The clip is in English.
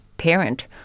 parent